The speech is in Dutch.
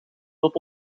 tot